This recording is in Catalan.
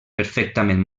perfectament